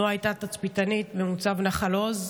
נועה הייתה תצפיתנית במוצב נחל עוז.